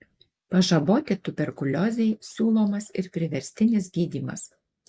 pažaboti tuberkuliozei siūlomas ir priverstinis gydymas